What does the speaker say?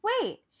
wait